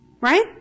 right